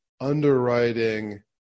underwriting